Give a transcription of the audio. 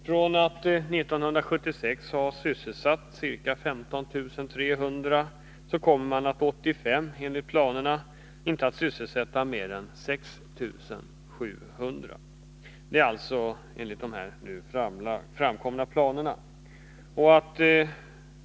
Från att 1976 ha sysselsatt ca 15 300 personer kommer man 1985 inte att sysselsätta mer än 6 700, enligt nu framkomna planer.